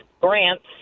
grants